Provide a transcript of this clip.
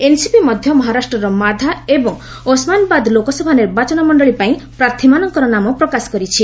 NCP ମଧ୍ୟ ମହାରାଷ୍ଟ୍ରର ମାଧା ଏବଂ ଓସ୍ମାନାବାଦ୍ ଲୋକସଭା ନିର୍ବାଚନ ମଣ୍ଡଳୀ ପାଇଁ ପ୍ରାର୍ଥୀମାନଙ୍କର ନାମ ପ୍ରକାଶ କରିଛି